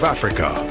Africa